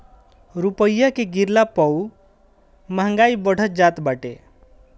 रूपया के गिरला पअ महंगाई बढ़त जात बाटे